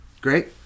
Great